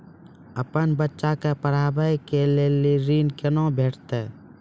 अपन बच्चा के पढाबै के लेल ऋण कुना भेंटते?